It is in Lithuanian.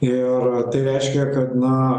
ir tai reiškia kad na